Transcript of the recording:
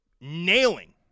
nailing